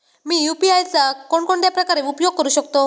मी UPI चा कोणकोणत्या प्रकारे उपयोग करू शकतो?